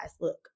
Look